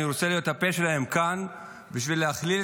ואני רוצה להיות הפה שלהם כאן בשביל להכליל